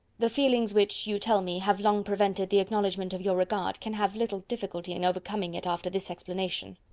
the feelings which, you tell me, have long prevented the acknowledgment of your regard, can have little difficulty in overcoming it after this explanation.